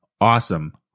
Awesome